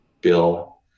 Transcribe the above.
bill